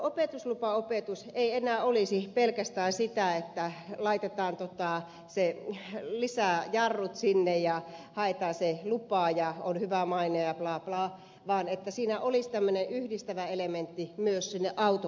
opetuslupaopetus ei enää olisi pelkästään sitä että laitetaan lisäjarrut sinne ja haetaan se lupa ja on hyvä maine ja plaa plaa vaan siinä olisi tämmöinen yhdistävä elementti myös autokouluun